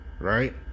right